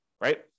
right